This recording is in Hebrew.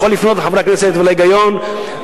יכול לפנות אל חברי הכנסת ואל ההיגיון ולהגיד: